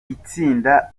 itsinda